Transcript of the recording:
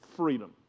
Freedom